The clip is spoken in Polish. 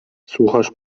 słuchasz